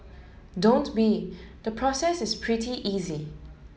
don't be the process is pretty easy